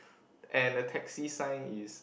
and the taxi sign is